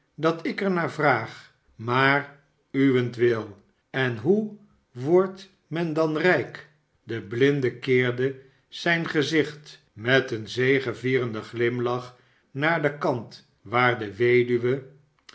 dat ik er naar vraag maar uwentwil en hoe wordt men dan rijk de blinde keerde zijn gezicht met een zegevierenden glimlach naar den kant waar de weduwe